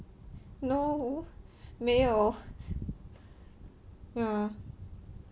no 没有 ya